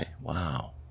Wow